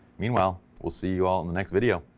meanwhile we'll see you all in the next video.